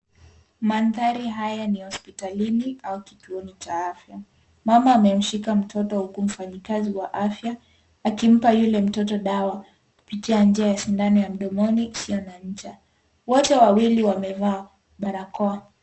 Mandhari haya ni hospitalini au kituoni cha afya. Mama amemshika mtoto huku mfanyikazi wa afya akimpa yule mtoto dawa, picha ya nje ya sindano ya mdomoni isiyo na ncha. Wote wawili wamevaa barakoa.